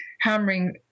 hammering